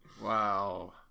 wow